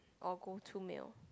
or go to meal